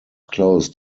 close